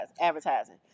advertising